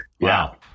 Wow